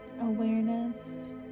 Awareness